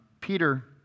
Peter